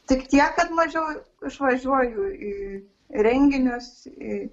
tik tiek kad mažiau išvažiuoju į renginius į